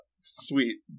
sweet